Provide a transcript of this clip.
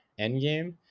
endgame